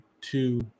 two